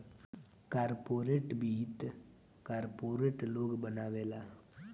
corporate वित्त corporate लोग बनावेला